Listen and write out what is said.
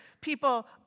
people